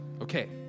Okay